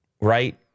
right